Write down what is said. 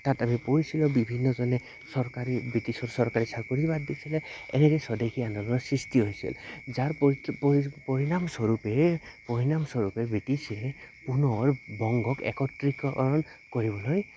তাত আমি পঢ়িছিলোঁ বিভিন্নজনে চৰকাৰী ব্ৰিটিছৰ চৰকাৰী চাকৰি বাদ দিছিলে এনেকৈ স্বদেশী আন্দোনৰ সৃষ্টি হৈছিল যাৰ পৰি পৰি পৰিণামস্বৰূপে পৰিণামস্বৰূপে ব্ৰিটিছে পুনৰ বংগক একত্ৰিকৰণ কৰিবলৈ